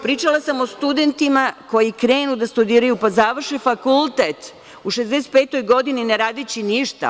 Pričala sam o studentima koji krenu da studiraju pa završe fakultet u 65 godini ne radeći ništa.